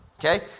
Okay